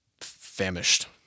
famished